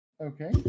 Okay